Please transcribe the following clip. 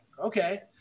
Okay